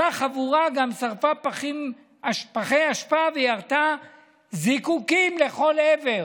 אותה חבורה גם שרפה פחי אשפה וירתה זיקוקים לכל עבר".